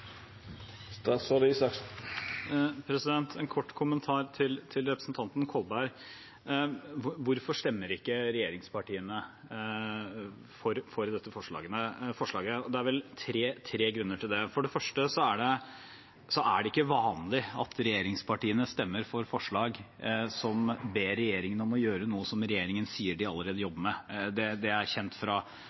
En kort kommentar til representanten Kolberg: Hvorfor stemmer ikke regjeringspartiene for dette forslaget? Det er vel tre grunner til det. For det første er det ikke vanlig at regjeringspartiene stemmer for forslag som ber regjeringen gjøre noe som regjeringen sier de allerede jobber med. Sånn er det nå. Det er kjent fra